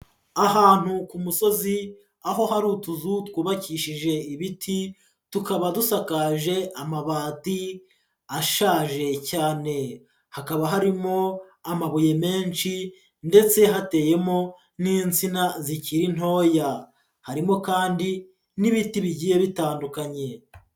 Ahantu ku musozi, aho hari utuzu twubakishije ibiti, tukaba dusakaje amabati ashaje cyane, hakaba harimo amabuye menshi ndetse hateyemo n'insina zikiri ntoya, harimo kandi n'ibiti bigiye bitandukanye.